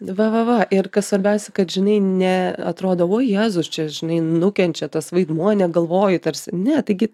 va va va ir kas svarbiausia kad žinai ne atrodavo o jėzus čia žinai nukenčia tas vaidmuo negalvoji tarsi ne taigi